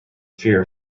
fear